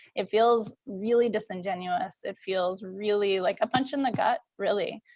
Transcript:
it feels really disingenuous. it feels really like a punch in the gut, really,